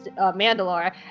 Mandalore